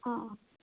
आं